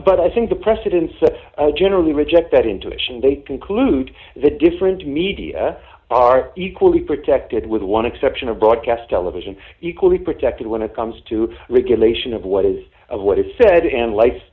but i think the precedents generally reject that intuition they conclude the different media are equally protected with one exception of broadcast television equally protected when it comes to regale a sion of what is of what is said and life